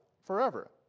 forever